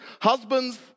Husbands